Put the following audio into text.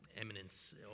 eminence